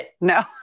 no